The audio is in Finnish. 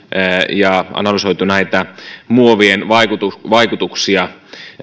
ja analysoitu näitä muovien vaikutuksia vaikutuksia